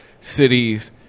cities